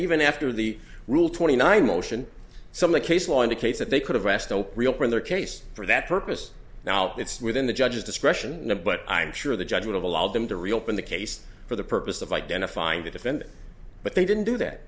even after the rule twenty nine motion some a case law indicates that they could have asked no real for in their case for that purpose now it's within the judge's discretion no but i'm sure the judge would have allowed them to reopen the case for the purpose of identifying the defendant but they didn't do that